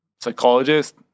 psychologist